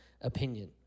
opinion